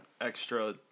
extra